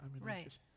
right